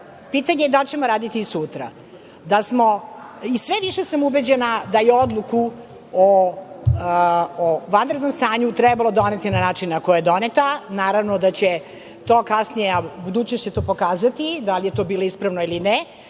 Pitanje je da li ćemo raditi i sutra. Sve više sam ubeđena da je odluku o vanrednom stanju trebalo doneti na način na koji je doneta. Budućnost će to pokazati da li je to bilo ispravno ili ne,